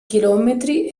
chilometri